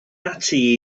ati